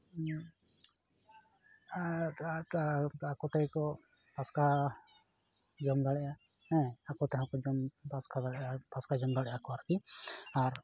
ᱟᱠᱚ ᱛᱮᱜᱮ ᱠᱚ ᱯᱟᱥᱠᱟ ᱡᱚᱢ ᱫᱟᱲᱮᱭᱟᱜᱼᱟ ᱦᱮᱸ ᱟᱠᱚ ᱛᱮᱦᱚᱸ ᱠᱚ ᱯᱟᱥᱠᱟ ᱵᱟᱲᱟᱭᱟ ᱯᱟᱥᱠᱟ ᱡᱚᱢ ᱫᱟᱲᱮᱭᱟᱜᱼᱟᱠᱚ ᱟᱨᱠᱤ ᱟᱨ